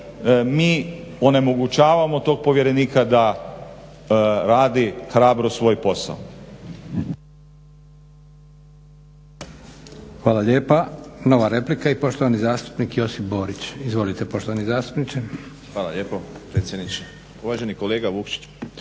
mi onemogućavamo tog povjerenika da radi hrabro svoj posao.